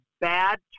bad